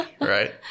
right